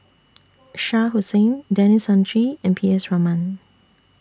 Shah Hussain Denis Santry and P S Raman